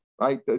Right